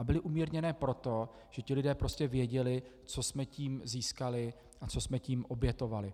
Byly umírněné, protože ti lidé prostě věděli, co jsme tím získali a co jsme tím obětovali.